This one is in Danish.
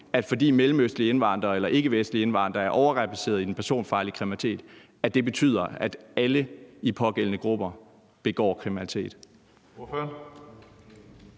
at fordi mellemøstlige eller ikkevestlige indvandrere er overrepræsenteret i den personfarlige kriminalitet, betyder det, at alle i de pågældende grupper begår kriminalitet.